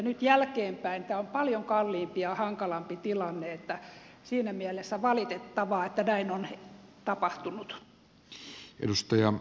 nyt jälkeenpäin tämä on paljon kalliimpi ja hankalampi tilanne niin että siinä mielessä on valitettavaa että näin on tapahtunut